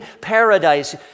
paradise